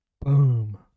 Boom